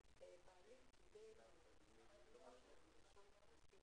כדי שהיועצות המשפטיות ילבנו את הנוסח הרצוי